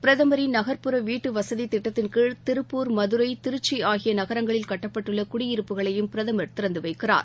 பிரதமரின் நகர்ப்புற வீட்டுவசதிதிட்டத்தின் கீழ் திருப்பூர் மதுரை திருச்சிஆகியநகரங்களில் கட்டப்பட்டுள்ளகுடியிருப்புகளையும் பிரதமர் திறந்துவைக்கிறார்